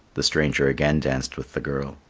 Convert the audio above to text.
the stranger again danced with the girl.